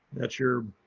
that's your,